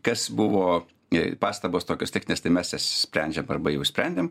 kas buvo pastabos tokios techninės tai mes jas sprendžiam arba jau išsprendėm